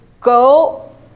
go